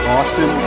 Austin